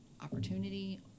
opportunity